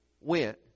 went